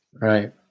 Right